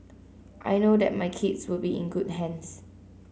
I know that my kids would be in good hands